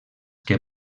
que